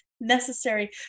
necessary